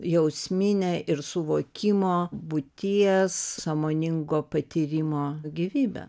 jausminė ir suvokimo būties sąmoningo patyrimo gyvybė